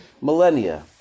millennia